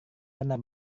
benar